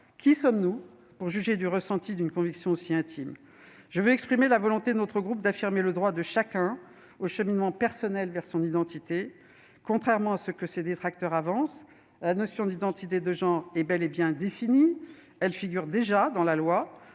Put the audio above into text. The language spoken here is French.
Qui sommes-nous pour juger d'un ressenti, d'une conviction aussi intime ? Je veux ici exprimer la volonté de notre groupe d'affirmer le droit de chacun au cheminement personnel vers son identité. Contrairement à ce que ses détracteurs avancent, la notion d'identité de genre est bel et bien définie. Elle figure déjà dans la loi,